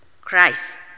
Christ